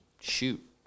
shoot